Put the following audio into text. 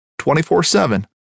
24-7